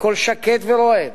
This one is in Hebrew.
בקול שקט ורועד.